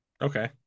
Okay